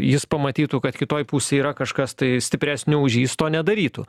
jis pamatytų kad kitoj pusėj yra kažkas tai stipresnio už jį jis to nedarytų